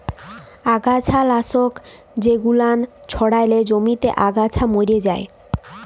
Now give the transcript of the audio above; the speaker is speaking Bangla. আগাছা লাশক জেগুলান ছড়ালে জমিতে আগাছা ম্যরে যায়